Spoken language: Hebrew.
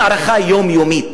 זו מערכה יומיומית,